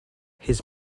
his